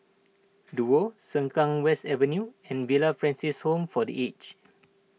Duo Sengkang West Avenue and Villa Francis Home for the Aged